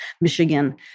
Michigan